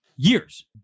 Years